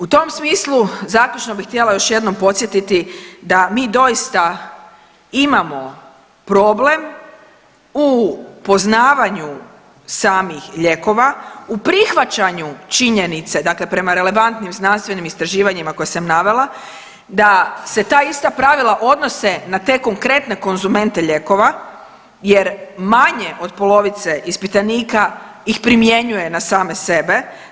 U tom smislu, zaključno bih htjela još jednom podsjetiti da mi doista imamo problem u poznavanju samih lijekova, u prihvaćanju činjenice dakle prema relevantnim znanstvenim istraživanjima koje sam navela da se ta ista pravila odnose na te konkretne konzumente lijekova jer manje od polovice ispitanika ih primjenjuje na same sebe.